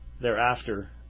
thereafter